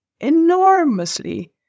enormously